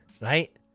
right